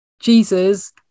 Jesus